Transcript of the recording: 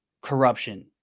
corruption